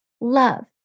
love